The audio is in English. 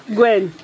Gwen